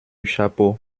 chapeau